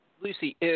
Lucy